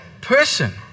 person